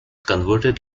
converted